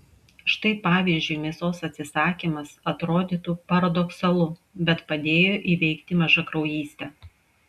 štai pavyzdžiui mėsos atsisakymas atrodytų paradoksalu bet padėjo įveikti mažakraujystę